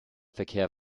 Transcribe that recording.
verkehr